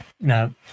Now